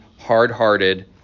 hard-hearted